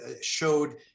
showed